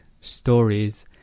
stories